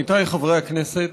עמיתיי חברי הכנסת,